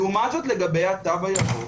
לעומת זאת לגבי התו הירוק,